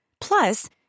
Plus